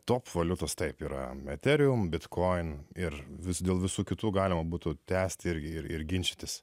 top valiutos taip yra ethereum bitcoin ir vis dėl visų kitų galima būtų tęsti irgi ir ir ginčytis